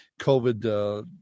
COVID